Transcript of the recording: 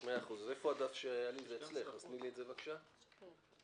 שזהות להסתייגויות של הרשימה